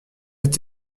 est